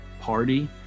party